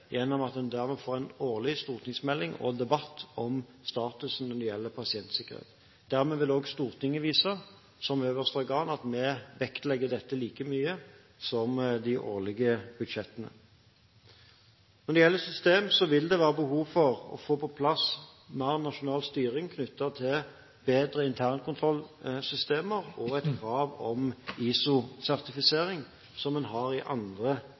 gjennom at man dermed får en årlig stortingsmelding og debatt om statusen når det gjelder pasientsikkerhet. Dermed vil også Stortinget som øverste organ vise at vi vektlegger dette like mye som de årlige budsjettene. Når det gjelder system, vil det være behov for å få på plass mer nasjonal styring knyttet til bedre internkontrollsystemer og et krav om ISO-sertifisering, som en har på andre områder i